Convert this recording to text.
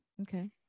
Okay